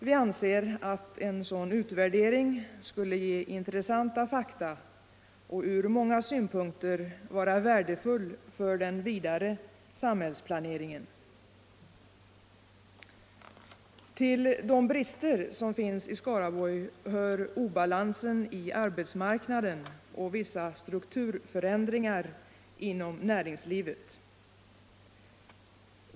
Vi anser att en sådan utvärdering skulle ge intressanta fakta och ur många synpunkter vara värdefull för den vidare samhällsplaneringen. Till de brister som finns i Skaraborg hör obalansen i arbetsmarknaden och vissa strukturförändringar inom näringslivet.